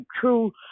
true